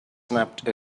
snapped